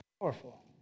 powerful